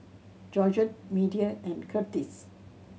Georgette Media and Curtis